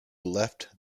left